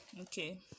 Okay